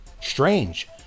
Strange